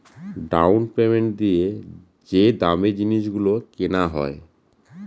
down payment দিয়ে যে দামী জিনিস গুলো কেনা হয়